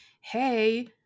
Hey